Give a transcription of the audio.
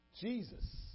Jesus